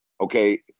okay